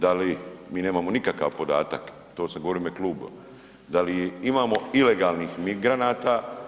Da li, mi nemamo nikakav podatak, to sam govorio u ime kluba, da li imamo ilegalnih migranata?